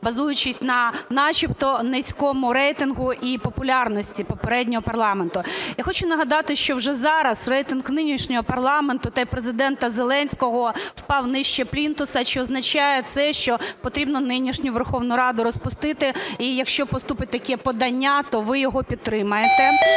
базуючись на начебто низькому рейтингу і популярності попереднього парламенту. Я хочу нагадати, що вже зараз рейтинг нинішнього парламенту та й Президента Зеленського впав нижче плінтуса. Чи означає це, що потрібно нинішню Верховну Раду розпустити? І якщо поступить таке подання, то ви його підтримаєте?